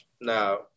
now